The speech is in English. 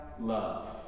love